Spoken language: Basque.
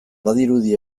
badirudi